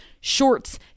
shorts